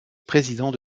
président